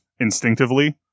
instinctively